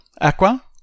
Aqua